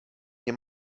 nie